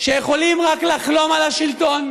שיכולים רק לחלום על השלטון,